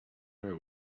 arrow